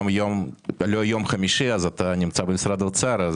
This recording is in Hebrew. היום לא יום חמישי ואתה נמצא במשרד האוצר,